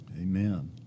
Amen